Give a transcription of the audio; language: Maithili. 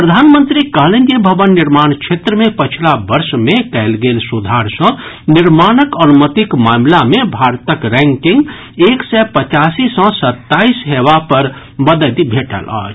प्रधानमंत्री कहलनि जे भवन निर्माण क्षेत्र मे पछिला वर्ष मे कयल गेल सुधार सँ निर्माणक अनुमतिक मामिला मे भारतक रैकिंग एक सय पचासी सँ सताईस हेवा पर मददि भेटल अछि